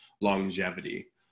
longevity